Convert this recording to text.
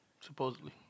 Supposedly